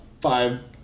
five